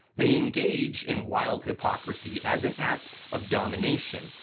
they engage in wild hypocrisy as an act of domination,